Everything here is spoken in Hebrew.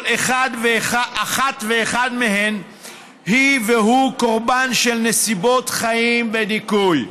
כל אחת ואחד מהם היא והוא קורבן של נסיבות חיים ודיכוי.